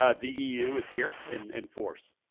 ah the eu is here in force.